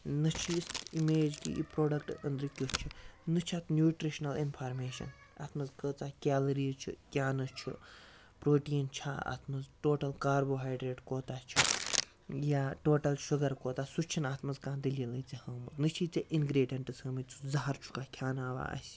نہَ چھِ یتھ اِمیج کہِ یہِ پرٛوڈَکٹہٕ أنٛدرٕ کیُتھ چھُ نہَ چھُ اَتھ نیوٹِرشنَل اِنفارمیشَن اَتھ مَنٛز کٲژاہ کیلریٖز چھِ کیٛاہ نہَ چھُ پرٛوٹیٖن چھا اَتھ مَنٛز ٹوٹَل کاربوہایڈریٹ کوٗتاہ چھُ یا ٹوٹَل شُگر کوٗتاہ سُہ چھُنہٕ اَتھ مَنٛز کانٛہہ دٔلیٖلٕے ژےٚ ہٲومٕژ نہَ چھِی ژےٚ اِنٛگریٖڈیَنٹس ہٲومٕتۍ ژٕ زَہَر چھُکھا کھیٛاناوان اَسہِ